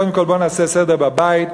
קודם כול בואו נעשה סדר בבית,